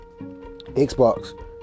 Xbox